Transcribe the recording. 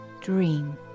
dream